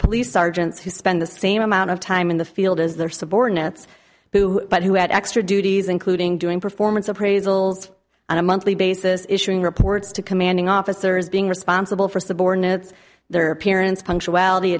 police sergeants who spend the same amount of time in the field as their subordinates who but who had extra duties including doing performance appraisals on a monthly basis issuing reports to commanding officers being responsible for subordinates their appearance punctual